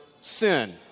sin